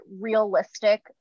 realistic